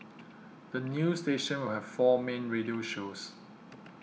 the new station will have four main radio shows